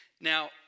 now